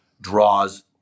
draws